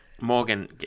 Morgan